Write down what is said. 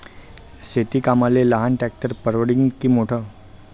शेती कामाले लहान ट्रॅक्टर परवडीनं की मोठं?